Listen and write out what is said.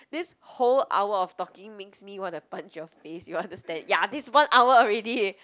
this whole hour of talking makes me want to punch your face you understand ya this one hour already